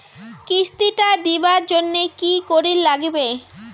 কিস্তি টা দিবার জন্যে কি করির লাগিবে?